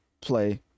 play